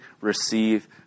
receive